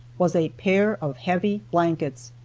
was a pair of heavy blankets.